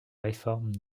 réforme